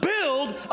build